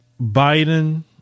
Biden